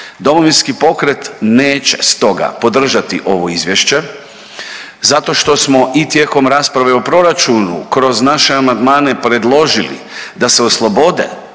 Domovinski pokret neće stoga podržati ovo izvješće zato što smo i tijekom rasprave o proračunu kroz naše amandmane predložili da se oslobode